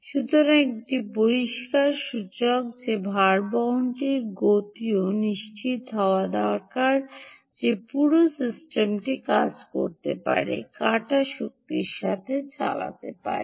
সুতরাং একটি পরিষ্কার সূচক যে ভারবহনটির গতিও নিশ্চিত হওয়া দরকার যে পুরো সিস্টেমটি কাজ করতে পারে কাটা শক্তির সাথে চালাতে পারে